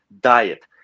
diet